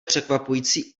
překvapující